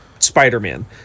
Spider-Man